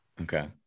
Okay